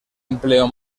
empleo